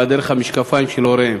באה דרך המשקפיים של הוריהם.